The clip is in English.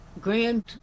grand